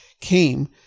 came